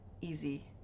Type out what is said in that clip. easy